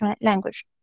language